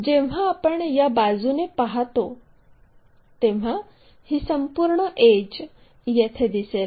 जेव्हा आपण या बाजूने पाहतो तेव्हा ही संपूर्ण एड्ज येथे दिसेल